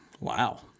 Wow